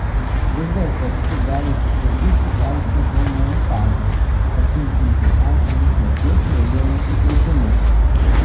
vis dėlto psi gali sutrikdyti kalcio homeostazę pasunkinti esamus širdies laidumo sutrikimus